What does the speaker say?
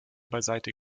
beiseite